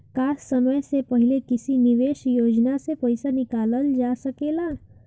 का समय से पहले किसी निवेश योजना से र्पइसा निकालल जा सकेला?